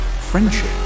Friendship